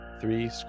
three